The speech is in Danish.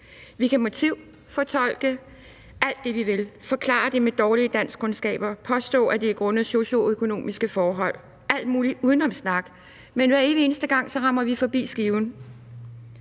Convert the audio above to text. Vi kan motivfortolke alt det, vi vil, forklare det med dårlige danskkundskaber, påstå, at det er grundet socioøkonomiske forhold, al mulig udenomssnak, men hver evig eneste gang rammer vi forbi skiven.